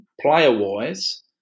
Player-wise